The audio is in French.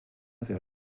vers